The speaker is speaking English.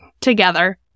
together